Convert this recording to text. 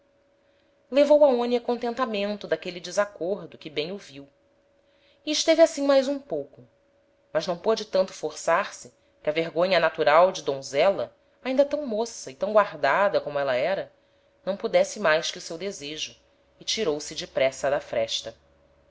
levou aonia contentamento d'aquele desacordo que bem o viu e esteve assim mais um pouco mas não pôde tanto forçar se que a vergonha natural de donzela ainda tam moça e tam guardada como éla era não pudesse mais que o seu desejo e tirou se depressa da fresta